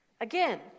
Again